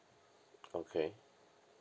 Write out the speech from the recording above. okay